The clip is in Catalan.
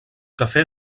café